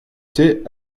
thé